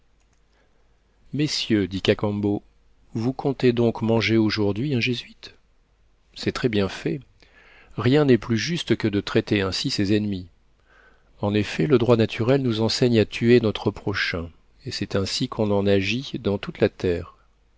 messieurs dit cacambo vous comptez donc manger aujourd'hui un jésuite c'est très bien fait rien n'est plus juste que de traiter ainsi ses ennemis en effet le droit naturel nous enseigne à tuer notre prochain et c'est ainsi qu'on en agit dans toute la terre